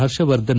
ಪರ್ಷವರ್ಧನ್